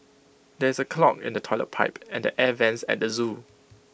there is A clog in the Toilet Pipe and the air Vents at the Zoo